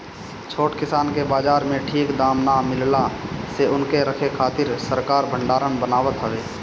छोट किसान के बाजार में ठीक दाम ना मिलला से उनके रखे खातिर सरकार भडारण बनावत हवे